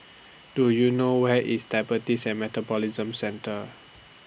Do YOU know Where IS Diabetes and Metabolism Centre